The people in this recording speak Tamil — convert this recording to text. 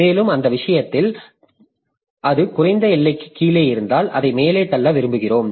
மேலும் அந்த விஷயத்தில் அது குறைந்த எல்லைக்கு கீழே இருந்தால் அதை மேலே தள்ள விரும்புகிறோம்